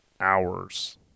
Hours